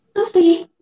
Sophie